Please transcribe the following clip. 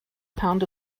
pound